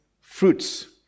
fruits